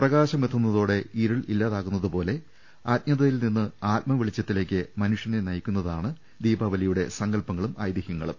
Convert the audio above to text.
പ്രകാശമെത്തുന്നതോടെ ഇരുളില്ലാതാ കുന്നതുപോലെ അജ്ഞതയിൽ നിന്ന് ആത്മവെളിച്ചത്തിലേക്ക് മനുഷ്യനെ നയിക്കുന്നതാണ് ദീപാവലിയുടെ സങ്കല്പങ്ങളും ഐതിഹൃങ്ങളും